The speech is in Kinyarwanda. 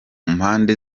mpande